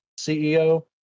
CEO